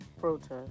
Protest